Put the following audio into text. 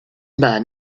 man